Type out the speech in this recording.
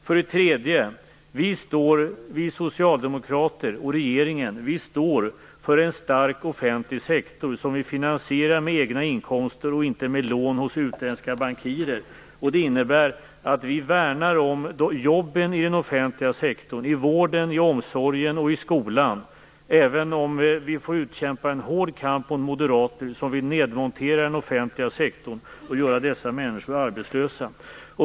För det tredje: Vi socialdemokrater och regeringen står för en stark offentlig sektor som vi finansierar med egna inkomster och inte med lån hos utländska bankirer. Det innebär att vi värnar om jobben i den offentliga sektorn - i vården, i omsorgen och i skolan - även om vi får utkämpa en hård kamp mot moderater som vill nedmontera den offentliga sektorn och göra dessa människor arbetslösa.